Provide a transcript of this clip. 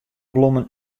blommen